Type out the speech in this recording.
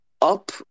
up